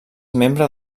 membre